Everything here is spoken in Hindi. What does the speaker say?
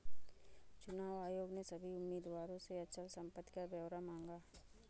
चुनाव आयोग ने सभी उम्मीदवारों से अचल संपत्ति का ब्यौरा मांगा